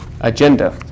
agenda